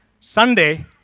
Sunday